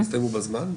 הסתיימו בזמן,